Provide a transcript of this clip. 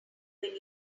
when